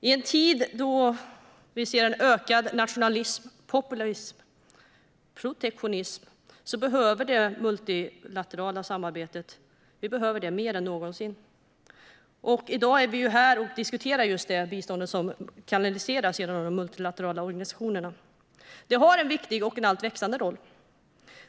I en tid när vi ser en ökad nationalism, populism och protektionism behöver vi det multilaterala samarbetet mer än någonsin, och i dag diskuterar vi just det bistånd som kanaliseras genom de multilaterala organisationerna. Det har en viktig och alltmer växande roll.